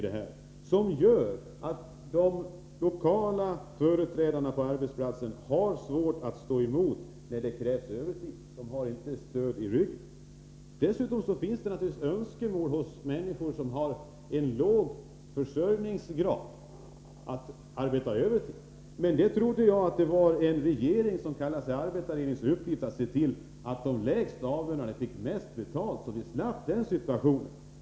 Detta innebär att de olika företrädarna på arbetsplatserna har svårt att stå emot när det krävs övertidsarbete — de känner inte något stöd. Det finns naturligtvis önskemål hos människor som har låg försörjningsgrad att arbeta övertid. Men jag trodde att det var en uppgift för en regering som kallar sig arbetarregering att se till att de lägst avlönade får störst löneökning, så att vi slipper den situationen.